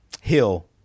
Hill